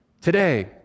today